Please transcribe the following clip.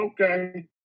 okay